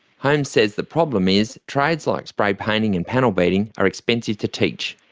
holmes says the problem is trades like spray painting and panel beating are expensive to teach.